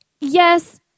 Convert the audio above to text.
yes